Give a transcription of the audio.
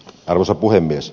arvoisa puhemies